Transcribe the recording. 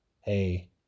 Hey